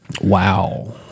Wow